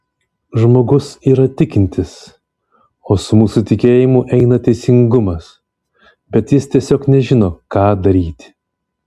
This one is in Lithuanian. žmogus yra tikintis o su mūsų tikėjimu eina teisingumas bet jis tiesiog nežino ką daryti